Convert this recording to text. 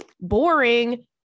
Boring